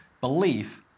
belief